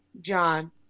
John